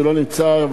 שלא נמצא היום,